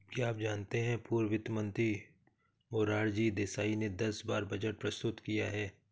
क्या आप जानते है पूर्व वित्त मंत्री मोरारजी देसाई ने दस बार बजट प्रस्तुत किया है?